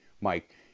Mike